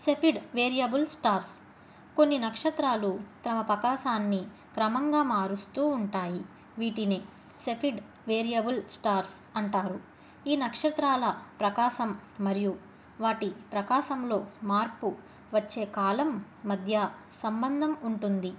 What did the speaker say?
Cepheid variable stars కొన్ని నక్షత్రాలు తమ ప్రకాశాన్ని క్రమంగా మారుస్తూ ఉంటాయి వీటిని సెఫిడ్ వేరియబుల్ స్టార్స్ అంటారు ఈ నక్షత్రాల ప్రకాశం మరియు వాటి ప్రకాశంలో మార్పు వచ్చే కాలం మధ్య సంబంధం ఉంటుంది